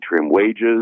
wages